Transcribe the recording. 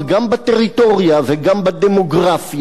גם בטריטוריה וגם בדמוגרפיה,